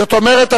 זאת אומרת,